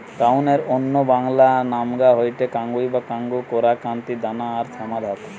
কাউনের অন্য বাংলা নামগা হয়ঠে কাঙ্গুই বা কাঙ্গু, কোরা, কান্তি, দানা আর শ্যামধাত